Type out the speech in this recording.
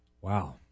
Wow